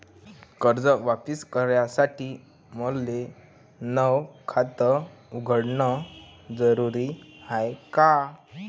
कर्ज वापिस करासाठी मले नव खात उघडन जरुरी हाय का?